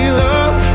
love